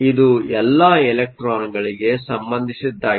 ಇದು ಎಲ್ಲಾ ಎಲೆಕ್ಟ್ರಾನ್ ಗಳಿಗೆ ಸಂಬಂಧಿಸಿದ್ದಾಗಿದೆ